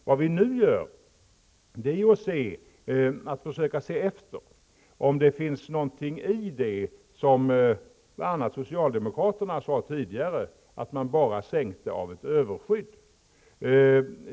Vad vi nu gör är att försöka se efter om det ligger någonting i det som bl.a. socialdemokraterna sade tidigare, dvs. att det bara var ett överskydd som sänktes.